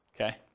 Okay